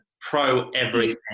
pro-everything